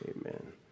Amen